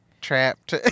trapped